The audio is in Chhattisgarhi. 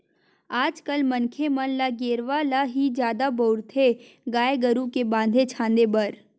आज कल मनखे मन ल गेरवा ल ही जादा बउरथे गाय गरु के बांधे छांदे बर